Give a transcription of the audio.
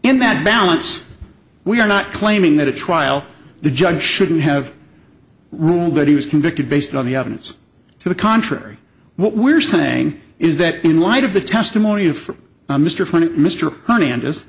and that balance we're not claiming that a trial the judge shouldn't have ruled that he was convicted based on the evidence to the contrary what we're saying is that in light of the testimony of from mr flynn mr honey and is